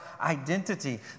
identity